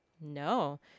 no